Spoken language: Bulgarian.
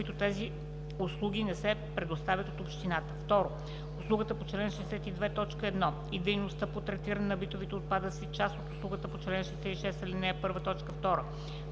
които тези услуги не се предоставят от общината; 2. услугата по чл. 62, т. 1 и дейността по третиране на битовите отпадъци – част от услугата по чл. 66, ал.